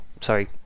sorry